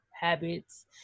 habits